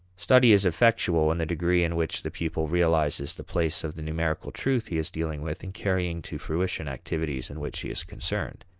study is effectual in the degree in which the pupil realizes the place of the numerical truth he is dealing with in carrying to fruition activities in which he is concerned.